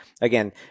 Again